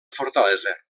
fortalesa